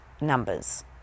numbers